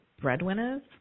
breadwinners